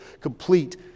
complete